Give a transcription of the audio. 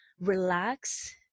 relax